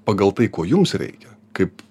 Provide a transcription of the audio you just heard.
pagal tai ko jums reikia kaip